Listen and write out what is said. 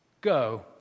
Go